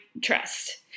trust